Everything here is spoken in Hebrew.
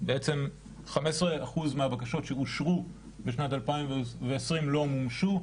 15% מהבקשות שאושרו בשנת 2020 לא מומשו,